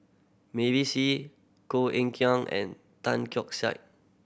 Koh Eng Kian and Tan Saik